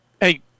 Hey